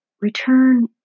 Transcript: return